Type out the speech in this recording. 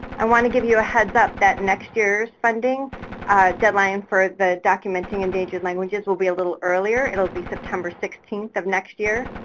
i want to give you a heads up that next year's funding deadline for the documenting endangered languages will be a little earlier. it'll be september sixteenth of next year.